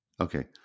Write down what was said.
Okay